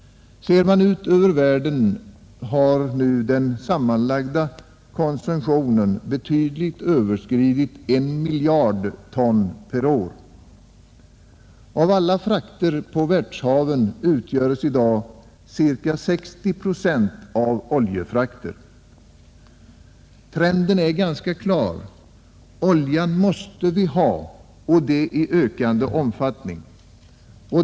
Ser man ut över världen har nu den sammanlagda konsumtionen betydligt överskridit 1 miljard ton per år. Av alla frakter på världshaven utgöres i dag ca 60 procent av oljefrakter. Trenden är ganska klar. Oljan måste vi ha, och det i ökande omfattning.